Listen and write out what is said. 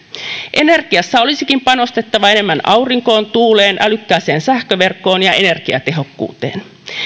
energiassa olisikin panostettava enemmän aurinkoon tuuleen älykkääseen sähköverkkoon ja energiatehokkuuteen